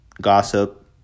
gossip